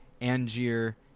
Angier